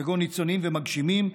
כגון ניצנים ומגשימים,